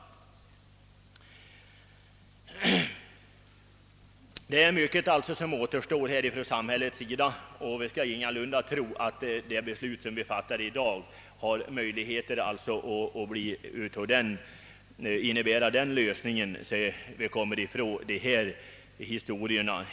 Mycket återstår alltså för samhället att göra. Vi skall ingalunda tro att det beslut som vi fattar i dag innebär en lösning på alla problem.